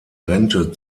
rente